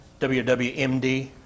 WWMD